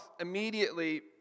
immediately